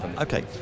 Okay